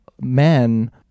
men